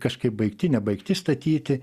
kažkaip baigti nebaigti statyti